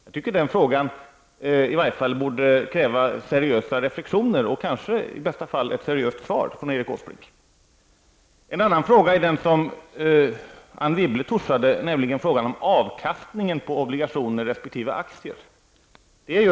Jag tycker att den frågan i varje fall borde kräva seriösa reflexioner och kanske i bästa fall ett seriöst svar, En annan fråga är den som Anne Wibble touchade, nämligen frågan om avkastningen på obligationer resp. aktier.